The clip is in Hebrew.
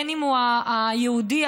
אם היהודי,